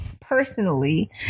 personally